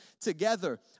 together